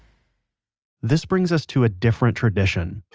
this brings us to a different tradition.